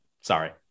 Sorry